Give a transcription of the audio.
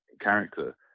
character